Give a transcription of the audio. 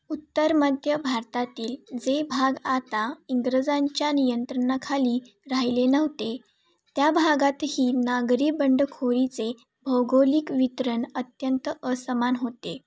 उत्तर मध्य भारतातील जे भाग आता इंग्रजांच्या नियंत्रणाखाली राहिले नव्हते त्या भागातही नागरी बंडखोरीचे भौगोलिक वितरण अत्यंत असमान होते